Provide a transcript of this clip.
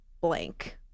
blank